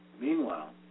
Meanwhile